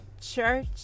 church